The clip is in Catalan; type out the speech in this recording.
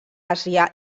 àsia